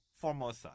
Formosa